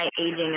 aging